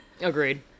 agreed